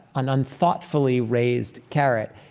an unthoughtfully raised carrot,